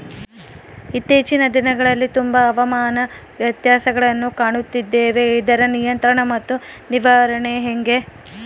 ಇತ್ತೇಚಿನ ದಿನಗಳಲ್ಲಿ ತುಂಬಾ ಹವಾಮಾನ ವ್ಯತ್ಯಾಸಗಳನ್ನು ಕಾಣುತ್ತಿದ್ದೇವೆ ಇದರ ನಿಯಂತ್ರಣ ಮತ್ತು ನಿರ್ವಹಣೆ ಹೆಂಗೆ?